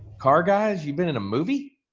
car guys, you've been in a movie?